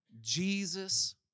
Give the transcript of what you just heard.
Jesus